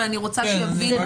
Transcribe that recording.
אבל אני רוצה שיבינו אותם.